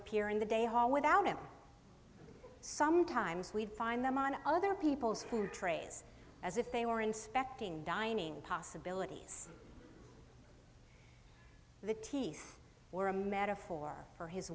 appear in the day hall without him sometimes we'd find them on other people's food trays as if they were inspecting dining possibilities the teeth were a metaphor for his